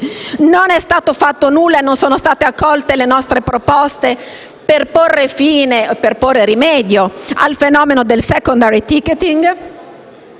Non è stato fatto nulla e non sono state accolte le nostre proposte per porre rimedio al fenomeno del *secondary ticketing*.